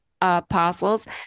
apostles